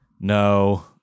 No